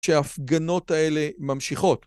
שההפגנות האלה ממשיכות.